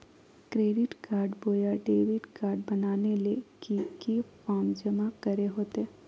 Credit card बोया debit card बनाने ले की की फॉर्म जमा करे होते?